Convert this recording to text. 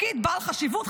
תפקיד בעל חשיבות,